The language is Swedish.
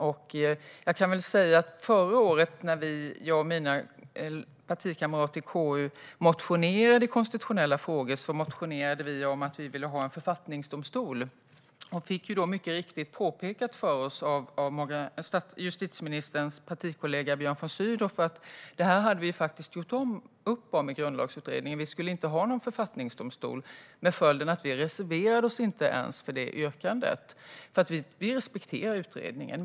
Förra året motionerade jag och mina partikamrater i KU om att vi ville ha en författningsdomstol och fick mycket riktigt påpekat för oss av justitieministerns partikollega Björn von Sydow att vi faktiskt gjort upp om detta i Grundlagsutredningen: Vi skulle inte ha någon författningsdomstol. Följden blev att vi inte ens reserverade oss för det yrkandet, eftersom vi respekterar utredningen.